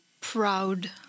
proud